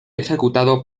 ejecutado